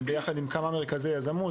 יחד עם כמה מרכזי יזמות,